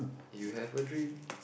you have a dream